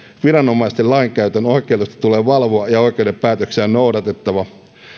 viranomaisten lainkäytön oikeellisuutta tulee valvoa ja oikeuden päätöksiä on noudatettava